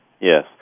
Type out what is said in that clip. Yes